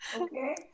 okay